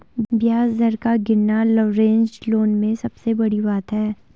ब्याज दर का गिरना लवरेज्ड लोन में सबसे बड़ी बात है